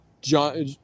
John